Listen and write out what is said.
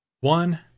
one